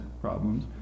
problems